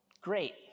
great